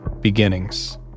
Beginnings